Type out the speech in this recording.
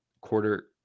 quarter